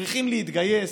צריכים להתגייס,